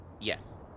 Yes